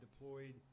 deployed